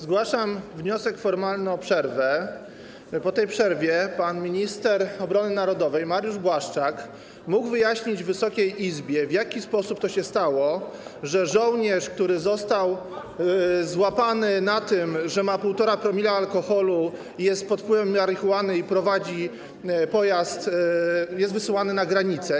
Zgłaszam wniosek formalny o przerwę, by po tej przerwie pan minister obrony narodowej Mariusz Błaszczak mógł wyjaśnić Wysokiej Izbie, w jaki sposób to się stało, że żołnierz, który został złapany na tym, że ma 1,5 promila alkoholu, jest pod wpływem marihuany i prowadzi pojazd, jest wysyłany na granicę.